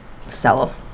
sell